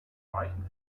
reichen